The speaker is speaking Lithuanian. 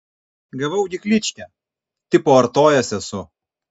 gavau gi kličkę tipo artojas esu